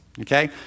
okay